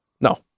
No